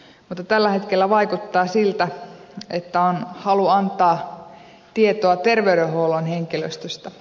mutta tällä hetkellä vaikuttaa siltä että on halu antaa tietoa terveydenhuollon henkilöstöstä